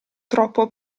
troppo